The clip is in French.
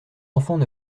enfants